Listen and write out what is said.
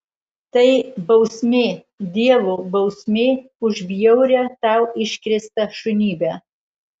tai bausmė dievo bausmė už bjaurią tau iškrėstą šunybę